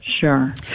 Sure